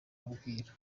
abwira